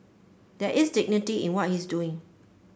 there is dignity in what he's doing